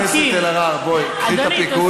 חברת הכנסת אלהרר, בואי, קחי את הפיקוד.